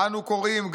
אנו קוראים,